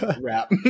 wrap